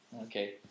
Okay